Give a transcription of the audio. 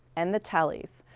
and the telly's.